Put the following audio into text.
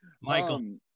Michael